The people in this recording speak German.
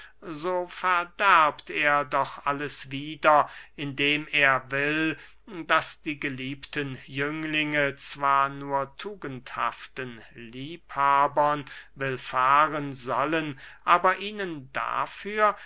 so verderbt er doch alles wieder indem er will daß die geliebten jünglinge zwar nur tugendhaften liebhabern willfahren sollen aber ihnen dafür